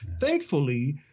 Thankfully